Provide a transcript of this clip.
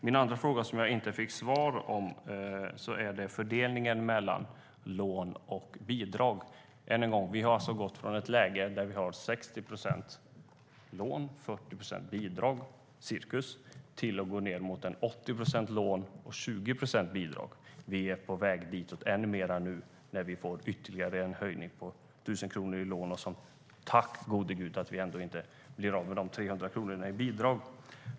Min andra fråga, som jag inte fick svar på, gäller fördelningen mellan lån och bidrag. Vi har alltså gått från ett läge där vi hade 60 procent lån och 40 procent bidrag till att ha ca 80 procent lån och 20 procent bidrag. Vi är ännu mer på väg åt det hållet nu när vi får en höjning av lånet med ytterligare 1 000 kronor. Tack gode Gud att studenterna i alla fall inte blir av med de 300 kronorna i bidrag.